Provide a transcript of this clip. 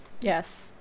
Yes